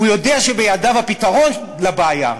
הוא יודע שבידיו הפתרון לבעיה,